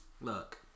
look